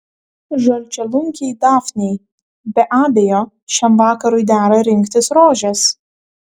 žalčialunkiai dafnei be abejo šiam vakarui dera rinktis rožes